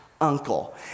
uncle